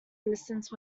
innocence